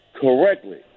correctly